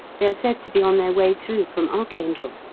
they are said to be on their way through from archangel.